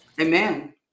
Amen